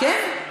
כן.